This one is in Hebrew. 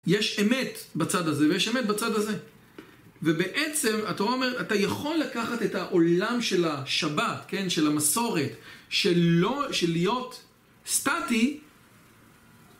יש אמת בצד הזה ויש אמת בצד הזה, ובעצם אתה אומר אתה יכול לקחת את העולם של השבת כן של המסורת של לא של להיות סטטי